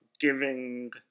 giving